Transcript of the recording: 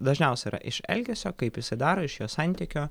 dažniausiai yra iš elgesio kaip jisai daro iš jo santykio